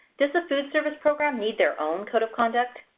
does the food service program need their own code of conduct?